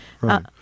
right